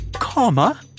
Comma